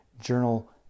journal